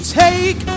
take